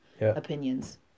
opinions